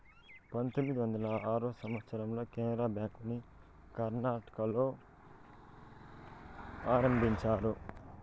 పంతొమ్మిది వందల ఆరో సంవచ్చరంలో కెనరా బ్యాంకుని కర్ణాటకలో ఆరంభించారు